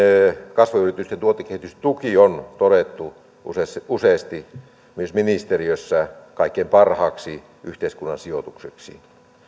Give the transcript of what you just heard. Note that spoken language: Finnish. kasvuyritysten tuotekehitystuki on todettu useasti useasti myös ministeriössä kaikkein parhaimmaksi yhteiskunnan sijoitukseksi